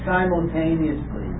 simultaneously